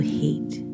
hate